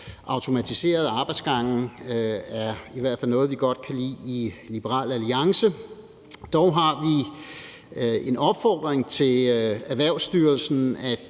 automatiserede arbejdsgange er i hvert fald noget, vi godt kan lide i Liberal Alliance. Dog har vi en opfordring til Erhvervsstyrelsen